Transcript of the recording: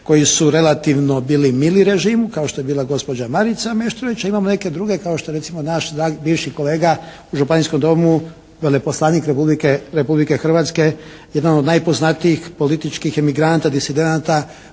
koji su relativno bili mili režimu kao što je bila gospođa Marica Meštrović a imamo neke druge kao što je recimo naš bivši kolega u Županijskom domu, veleposlanik Republike Hrvatske, jedan od najpoznatijih političkih emigranata, disidenata